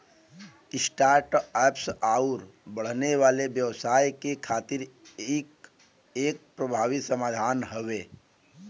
start ups आउर बढ़ने वाले व्यवसाय के खातिर इ एक प्रभावी समाधान हौ